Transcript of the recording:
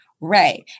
Right